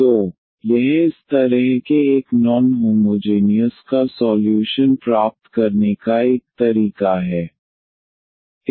तो यह इस तरह के एक नॉन होमोजेनियस का सॉल्यूशन प्राप्त करने का एक तरीका है